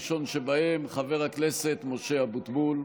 ראשון שבהם, חבר הכנסת משה אבוטבול,